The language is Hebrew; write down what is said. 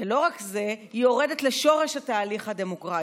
ולא רק זה, "היורדת לשורש התהליך הדמוקרטי".